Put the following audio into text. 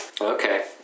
Okay